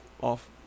off